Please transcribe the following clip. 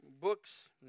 books